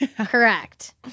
Correct